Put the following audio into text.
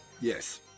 yes